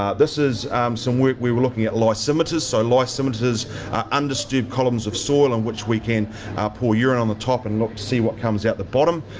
um this is some work we were looking at lysimeters. so lysimeters are undisturbed columns of soil, on which we can pour urine on the top and look to see what comes out the bottom.